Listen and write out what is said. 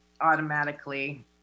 automatically